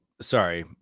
sorry